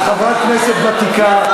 את חברת כנסת ותיקה,